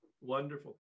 Wonderful